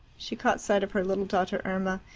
she caught sight of her little daughter irma,